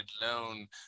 loan